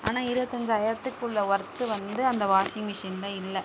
ஆனால் இருபத்தஞ்சாயிரத்துக்கு உள்ள ஒர்த்து வந்து அந்த வாஷிங் மிஷினில் இல்லை